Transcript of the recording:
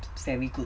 very good